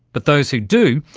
but those who do,